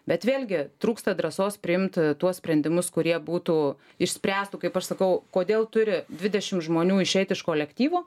bet vėlgi trūksta drąsos priimt tuos sprendimus kurie būtų išspręstų kaip aš sakau kodėl turi dvidešim žmonių išeit iš kolektyvo